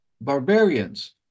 barbarians